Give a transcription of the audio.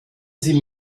sie